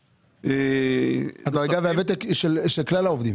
הדרגה והוותק של כלל העובדים.